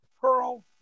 Pearl